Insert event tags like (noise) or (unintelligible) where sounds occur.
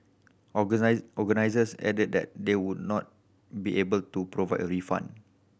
(unintelligible) organisers added that they would not be able to provide a refund